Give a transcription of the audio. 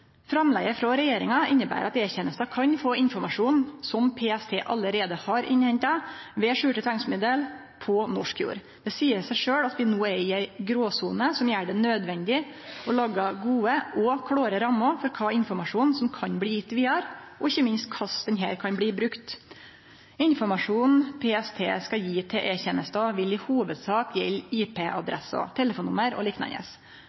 Framlegget frå regjeringa inneber at E-tenesta kan få informasjon som PST allereie har innhenta ved skjulte tvangsmiddel på norsk jord. Det seier seg sjølv at vi no er i ei gråsone som gjer det nødvendig å lage gode og klåre rammer for kva informasjon som kan bli gjeven vidare, og ikkje minst korleis denne kan bli brukt. Informasjonen PST skal gje til E-tenesta, vil i hovudsak